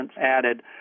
added